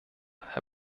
herr